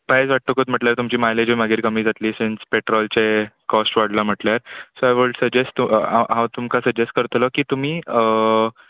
प्रायस वाडटकच म्हणल्यार तुमची मायलेजूय मागीर कमी जातली सिन्स पॅट्रॉलचे कॉस्ट वाडला म्हणल्यार so I would suggest to हां हांव तुमकां सजॅस्ट करतलो की तुमी